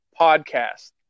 podcast